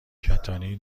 کتانی